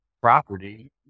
property